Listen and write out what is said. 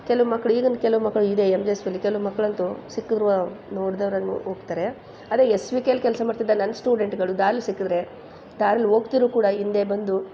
ಕೆಲವು ಮಕ್ಕಳು ಈಗಿನ ಕೆಲವು ಮಕ್ಕಳು ಇದೇ ಎಮ್ ಜಿ ಎಸ್ ವಿಲಿ ಕೆಲವು ಮಕ್ಳು ಅಂತೂ ಸಿಕ್ಕಿದ್ರು ನೋಡ್ದವ್ರಂಗೆ ಹೋಗ್ತಾರೆ ಅದೇ ಎಸ್ ವಿ ಕೆಲ್ ಕೆಲಸ ಮಾಡ್ತಿದ್ದ ನನ್ನ ಸ್ಟೂಡೆಂಟ್ಗಳು ದಾರಿಲಿ ಸಿಕ್ಕಿದ್ರೆ ದಾರಿಲಿ ಹೋಗ್ತಿದ್ರು ಕೂಡ ಹಿಂದೆ ಬಂದು